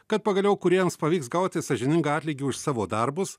kad pagaliau kūrėjams pavyks gauti sąžiningą atlygį už savo darbus